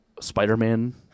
Spider-Man